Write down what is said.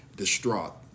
distraught